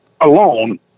alone